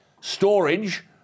Storage